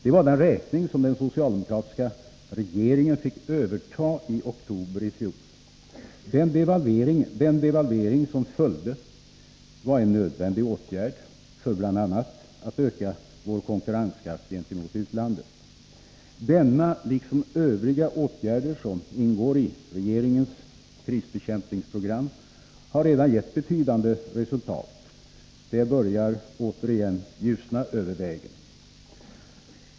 Det var den räkning som den socialdemokratiska regeringen fick överta i oktober i fjol. Den devalvering som följde var en nödvändig åtgärd, bl.a. för att öka vår konkurrenskraft gentemot utlandet. Denna liksom övriga åtgärder som ingår i regeringens krisbekämpningsprogram har redan gett betydande resultat. Det börjar återigen ljusna över vägen.